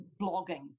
blogging